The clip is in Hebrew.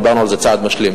דיברנו אז על צעד משלים.